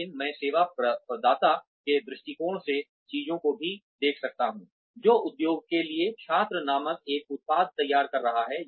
लेकिन मैं सेवा प्रदाता के दृष्टिकोण से चीजों को भी देख सकता हूँ जो उद्योग के लिए छात्र नामक एक उत्पाद तैयार कर रहा है